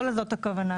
לא לזאת הכוונה.